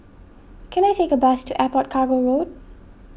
can I take a bus to Airport Cargo Road